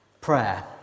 prayer